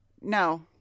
no